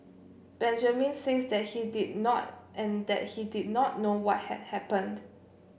Benjamin says that he did not and that he did not know what had happened